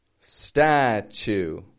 Statue